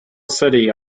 city